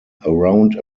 around